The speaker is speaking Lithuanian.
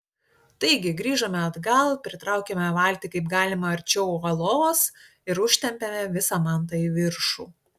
taigi grįžome atgal pritraukėme valtį kaip galima arčiau uolos ir užtempėme visą mantą į viršų